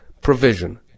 provision